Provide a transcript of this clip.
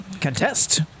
Contest